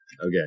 Okay